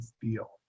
feel